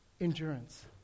endurance